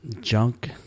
junk